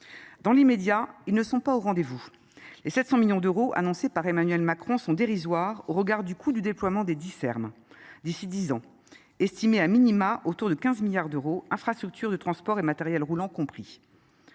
dans l'immédiat ils ne sont pas au rendez vous les sept cents millions d'euros annoncés par emmanuel macron sont dérisoires au regard du coût du déploiement des di serm d'ici dix ans estimé a minima autour de quinze milliards d'euros infrastructures de transport et matériel roulant compris